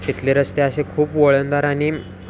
तिथले रस्ते असे खूप वळणदार आणि